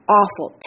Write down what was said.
awful